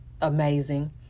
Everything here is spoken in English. amazing